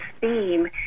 theme